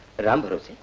ram bharose.